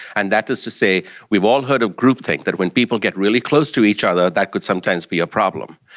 and that is to say we've all heard of groupthink, that when people get really close to each other, that could sometimes be a problem.